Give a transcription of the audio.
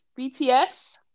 BTS